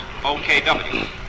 OKW